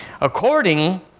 According